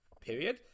period